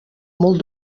molt